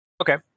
Okay